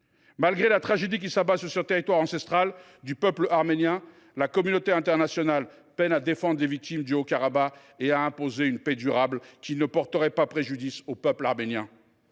Malgré la tragédie qui s’abat sur ce territoire arménien ancestral, la communauté internationale peine à défendre les victimes du Haut Karabagh et à imposer une paix durable qui ne porterait pas préjudice au peuple arménien.